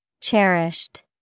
Cherished